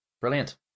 Brilliant